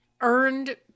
earned